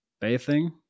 bathing